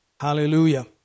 Hallelujah